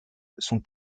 sont